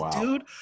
dude